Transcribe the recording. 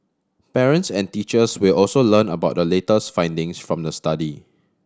parents and teachers will also learn about the latest findings from the study